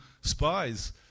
spies